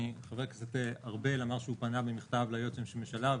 חבר הכנסת ארבל אמר שהוא פנה במכתב ליועץ המשפטי לממשלה,